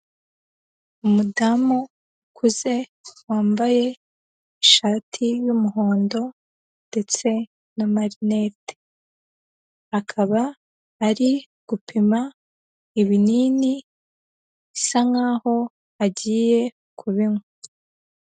Umudamu ukuze, wambaye ishati y'umuhondo ndetse n'amarinete, akaba ari gupima ibinini, bisa nkaho agiye kubinywa.